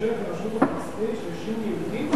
בממשלת הרשות הפלסטינית שהאשים יהודים ברצח הזה?